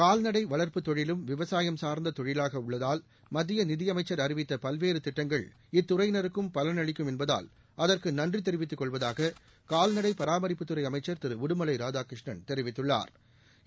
கால்நடை வள்ப்புத் தொழிலும் விவசாயம் சார்ந்த தொழிலாக உள்ளதால் மத்திய நிதி அமைசள் அறிவித்த பல்வேறு திட்டங்கள் இத்துறையினருக்கும் பலனளிக்கும் என்பதால் அதற்கு நன்றி தெரிவித்துக் கொள்வதாக கால்நடை பராமரிப்புத்துறை அமைச்சள் திரு உடுமலை ராதாகிருஷ்ணன் தெரிவித்துள்ளாா்